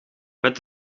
met